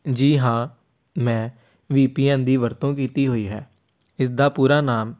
ਜੀ ਹਾਂ ਮੈਂ ਵੀ ਪੀ ਐੱਨ ਦੀ ਵਰਤੋਂ ਕੀਤੀ ਹੋਈ ਹੈ ਇਸ ਦਾ ਪੂਰਾ ਨਾਮ